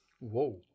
Whoa